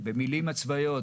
במילים הצבאיות,